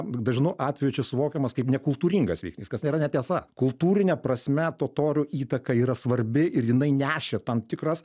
dažnu atveju čia suvokiamas kaip nekultūringas veiksnys kas nėra netiesa kultūrine prasme totorių įtaka yra svarbi ir jinai nešė tam tikras